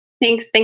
Thanks